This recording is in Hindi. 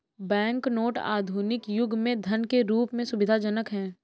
बैंक नोट आधुनिक युग में धन के रूप में सुविधाजनक हैं